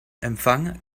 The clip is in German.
empfang